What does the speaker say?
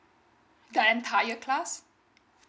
the entire class